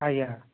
ଆଜ୍ଞା